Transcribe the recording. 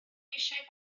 eisiau